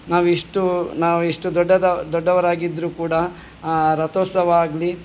ನಾವು ಇಷ್ಟು ನಾವು ಇಷ್ಟು ದೊಡ್ಡದವ ದೊಡ್ಡವರಾಗಿದ್ದರು ಕೂಡ ರಥೋತ್ಸವ ಆಗಲಿ